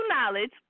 knowledge